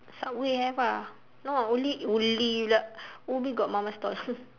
subway have ah no only only pula ubi got mama stall